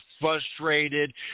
frustrated